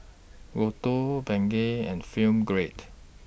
Lotto Bengay and Film Grade